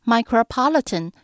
Micropolitan